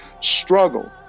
struggle